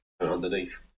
underneath